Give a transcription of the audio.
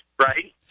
right